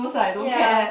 ya